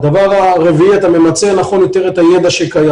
אתה ממצה יותר נכון את הידע שקיים,